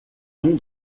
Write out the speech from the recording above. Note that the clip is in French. nom